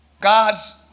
God's